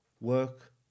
work